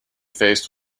faced